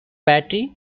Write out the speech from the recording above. battery